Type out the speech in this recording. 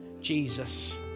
Jesus